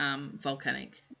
volcanic